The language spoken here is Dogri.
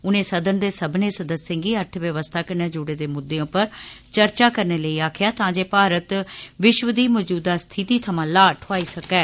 उन्ने सदन दे सब्बनें सदस्यें गी अर्थव्यवस्था कन्नै जूड़े दे मुदर्दे उप्पर चर्चा करने लेई आक्खेया तां जे भारत विश्व दी मौजूदा स्थिती थमां लाह ठुआई सकै